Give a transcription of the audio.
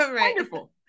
wonderful